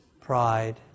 pride